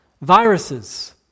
viruses